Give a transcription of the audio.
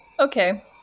Okay